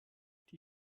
die